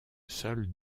seuls